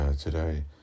today